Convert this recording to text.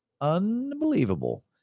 unbelievable